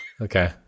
okay